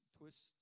twist